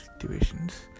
situations